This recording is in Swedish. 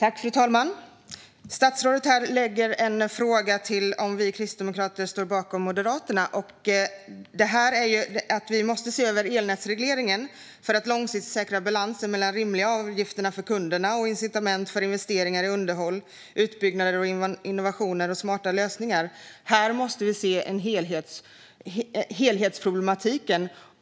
Fru talman! Statsrådet frågar om vi kristdemokrater står bakom Moderaterna. Vi måste se över elnätsregleringen för att långsiktigt säkra balansen mellan rimliga avgifter för kunderna och incitament för investeringar i underhåll, utbyggnad, innovationer och smarta lösningar. Här måste vi se helhetsproblematiken.